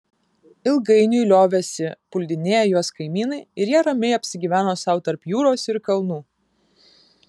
ilgainiui liovėsi puldinėję juos kaimynai ir jie ramiai apsigyveno sau tarp jūros ir kalnų